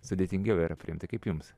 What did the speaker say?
sudėtingiau yra priimti kaip jums